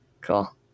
Cool